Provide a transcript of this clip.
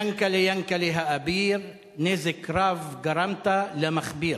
יענקל'ה, יענקל'ה האביר / נזק רב גרמת, למכביר.